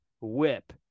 WHIP